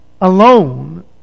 alone